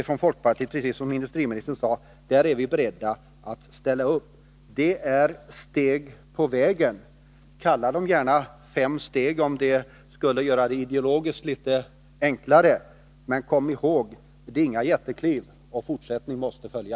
Från folkpartiets sida är vi beredda att ställa upp. Det är steg på vägen — kalla det gärna fem steg om det skulle göra det ideologiskt litet enklare — men kom ihåg: Det är inga jättekliv. Fortsättning måste följa!